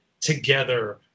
together